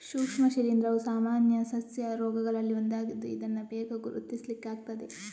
ಸೂಕ್ಷ್ಮ ಶಿಲೀಂಧ್ರವು ಸಾಮಾನ್ಯ ಸಸ್ಯ ರೋಗಗಳಲ್ಲಿ ಒಂದಾಗಿದ್ದು ಇದನ್ನ ಬೇಗ ಗುರುತಿಸ್ಲಿಕ್ಕೆ ಆಗ್ತದೆ